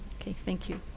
thank you.